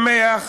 שמח,